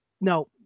no